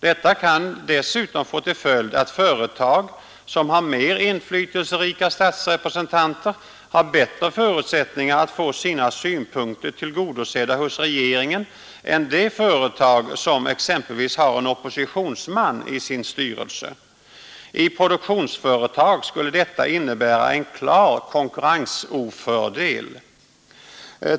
Detta kan dessutom få till följd att företag, som har mer inflytelserika statsrepresentanter, har bättre förutsättningar att få sina synpunkter tillgodosedda hos regeringen än det företag som exempelvis har en oppositionsman i sin styrelse. I produktionsföretag skulle detta innebära en klar konkurrensofördel.